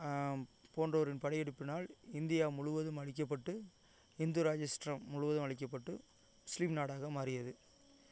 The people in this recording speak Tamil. போன்றோரின் படையெடுப்பினால் இந்தியா முழுவதும் அழிக்கப்பட்டு இந்து ராஜிஷ்ட்ரம் முழுவதும் அழிக்கப்பட்டு முஸ்லீம் நாடாக மாறியது